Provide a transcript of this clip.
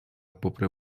попри